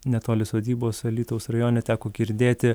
netoli sodybos alytaus rajone teko girdėti